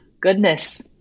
goodness